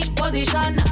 position